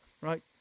right